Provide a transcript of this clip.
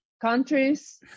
countries